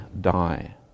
die